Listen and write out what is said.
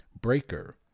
Breaker